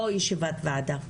לא ישיבת ועדה,